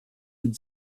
and